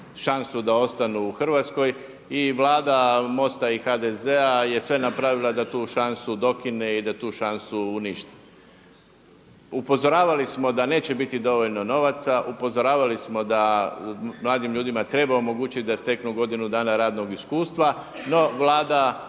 šansu da ostanu u Hrvatskoj i Vlada MOST-a i HDZ-a je sve napravila da tu šansu dokine i da tu šansu uništi. Upozoravali smo da neće biti dovoljno novaca, upozoravali smo da mladim ljudima treba omogućiti da steknu godinu dana radnog iskustva no Vlada